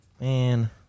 Man